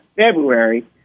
February